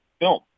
film